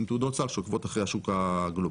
עם תעודות סל שעוקבות אחרי השוק הגלובלי.